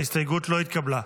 ההסתייגות לא התקבלה.